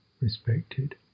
respected